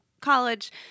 college